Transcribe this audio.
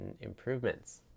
improvements